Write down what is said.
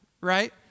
right